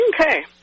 Okay